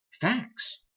facts